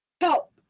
help